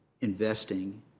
investing